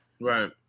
Right